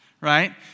Right